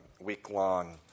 week-long